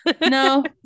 no